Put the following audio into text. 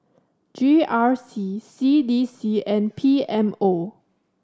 G R C C D C and P M O